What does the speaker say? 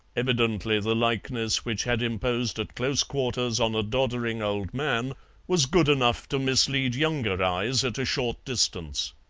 evidently the likeness which had imposed at close quarters on a doddering old man was good enough to mislead younger eyes at a short distance.